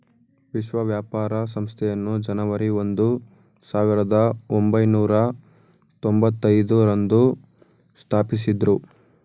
ವಿಶ್ವ ವ್ಯಾಪಾರ ಸಂಸ್ಥೆಯನ್ನು ಜನವರಿ ಒಂದು ಸಾವಿರದ ಒಂಬೈನೂರ ತೊಂಭತ್ತೈದು ರಂದು ಸ್ಥಾಪಿಸಿದ್ದ್ರು